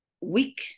weak